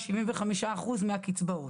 גם 1.75% מן הקצבאות.